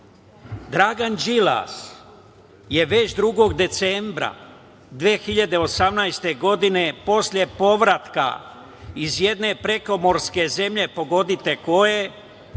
Đilas je već 2. decembra 2018. godine posle povratka iz jedne prekomorske zemlje, pogodite koje,